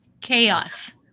chaos